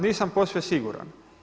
Nisam posve siguran.